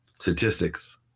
Statistics